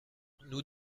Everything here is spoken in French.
nous